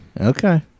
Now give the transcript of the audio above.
Okay